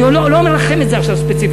אני לא אומר לכם את זה עכשיו ספציפית,